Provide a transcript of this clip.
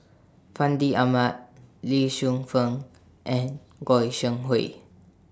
Fandi Ahmad Lee Shu Fen and Goi Seng Hui